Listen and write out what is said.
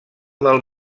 del